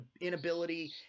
inability